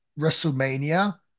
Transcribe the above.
WrestleMania